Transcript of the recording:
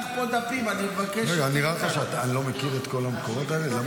אבל את גולת הכותרת אני שומר